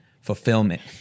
fulfillment